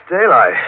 daylight